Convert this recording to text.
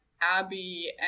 abby